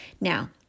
Now